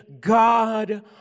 God